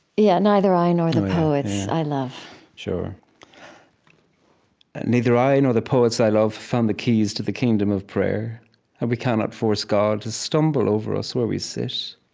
yeah, neither i nor the poets i love, sure neither i nor the poets i love found the keys to the kingdom of prayer and we cannot force god to stumble over us where we sit.